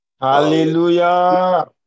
Hallelujah